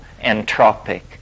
entropic